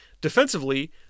Defensively